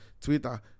Twitter